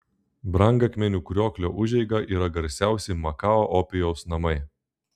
brangakmenių krioklio užeiga yra garsiausi makao opijaus namai